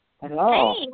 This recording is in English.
hello